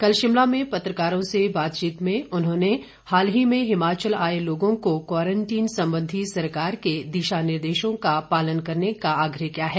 कल शिमला में पत्रकारों से बातचीत में उन्होंने हाल ही में हिमाचल आए लोगों को क्वांरटीन संबंधी सरकार के दिशा निर्देशों का पालन करने का आग्रह किया है